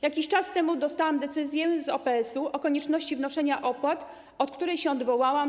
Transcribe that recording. Jakiś czas temu dostałam decyzję z OPS-u o konieczności wnoszenia opłat, od której się odwołałam.